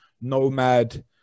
nomad